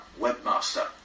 webmaster